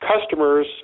customers